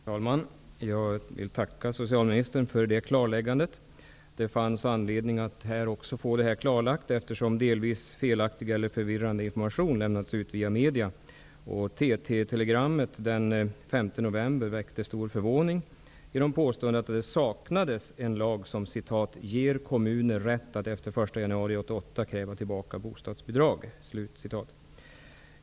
Fru talman! Jag vill tacka socialministern för det klarläggandet. Det fanns anledning att även här få detta klarlagt, eftersom delvis felaktig eller förvirrande information lämnats ut via media. TT telegrammet den 5 november väckte stor förvåning genom påståendet att det saknades en lag som ger kommuner rätt att efter den 1 januari 1988 kräva tillbaka bostadsbidrag.